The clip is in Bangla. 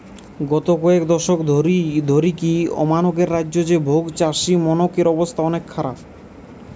গত কয়েক দশক ধরিকি আমানকের রাজ্য রে ভাগচাষীমনকের অবস্থা অনেক খারাপ